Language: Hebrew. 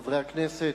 תודה, חברי הכנסת,